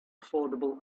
affordable